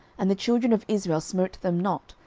and the children of israel smote them not,